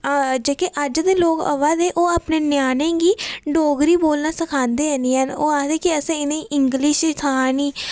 ते जेह्के अज्ज दे लोक अवा दे ओह् अपने न्यानें गी डोगरी बोलना सखांदे निं हैन ओह् आखदे कि असें इ'नेंई इंगलिश सखानी